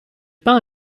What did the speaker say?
pains